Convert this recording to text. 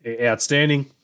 outstanding